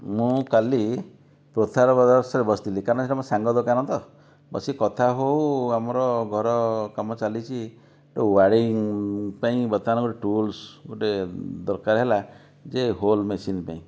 ମୁଁ କାଲି ପୋଥାଳ ବ୍ରଦର୍ସରେ ବସିଥିଲି କାରଣ ସେଟା ମୋ ସାଙ୍ଗ ଦୋକାନ ତ ବସିକି କଥା ହେଉ ହେଉ ଆମର ଘର କାମ ଚାଲିଛି ୱାଇରିଙ୍ଗ ପାଇଁ ବର୍ତ୍ତମାନ ଗୋଟେ ଟୁଲସ୍ ଗୋଟେ ଦରକାର ହେଲା ଯେ ହୋଲ ମେସିନ ପାଇଁ